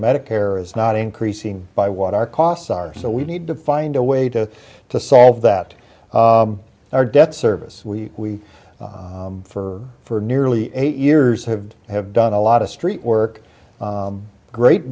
medicare is not increasing by what our costs are so we need to find a way to to solve that our debt service we for for nearly eight years have have done a lot of street work great